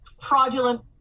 fraudulent